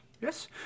Yes